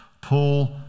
Paul